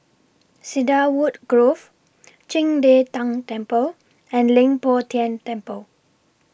Cedarwood Grove Qing De Tang Temple and Leng Poh Tian Temple